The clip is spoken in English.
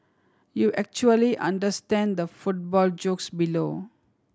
you actually understand the football jokes below